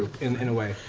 in in a way,